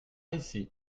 ici